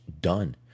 done